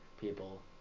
people